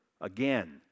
Again